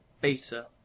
beta